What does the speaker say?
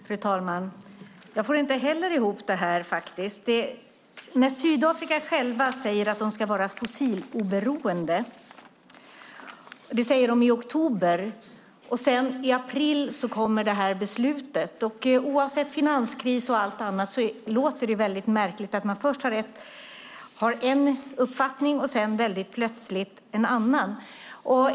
Fru talman! Jag får inte heller ihop detta. Sydafrika sade i oktober att man ska vara fossiloberoende. Sedan kommer detta beslut i april. Oavsett finanskris och allt annat låter det märkligt att man först har en uppfattning och sedan plötsligt en annan.